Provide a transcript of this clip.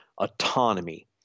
autonomy